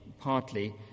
partly